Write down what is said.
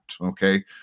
Okay